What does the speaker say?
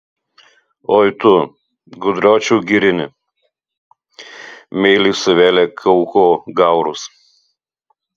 oi tu gudročiau girini meiliai suvėlė kauko gaurus